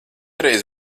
reiz